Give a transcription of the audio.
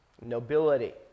nobility